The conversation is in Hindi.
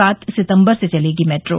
सात सितम्बर से चलेगी मेट्रो